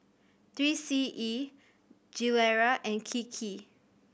Three C E Gilera and Kiki